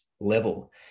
level